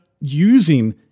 using